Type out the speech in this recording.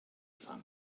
fam